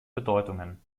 bedeutungen